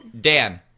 Dan